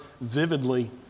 vividly